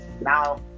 Now